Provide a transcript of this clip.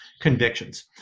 convictions